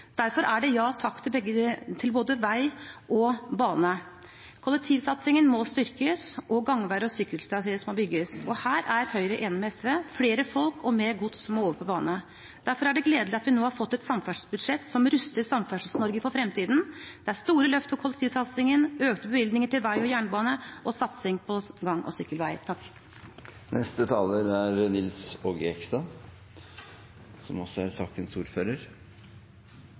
Derfor er det ja takk til både vei og bane. Kollektivsatsingen må styrkes, og gangveier og sykkeltraseer må bygges. Og her er Høyre enig med SV – flere folk og mer gods må over på bane. Derfor er det gledelig at vi nå har fått et samferdselsbudsjett som ruster Samferdsels-Norge for fremtiden. Det er store løft for kollektivsatsingen, økte bevilgninger til vei og jernbane og satsing på gang- og sykkelveier. Det saken egentlig gjelder, er om det skal utredes en ny KVU, og det er